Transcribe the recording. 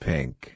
Pink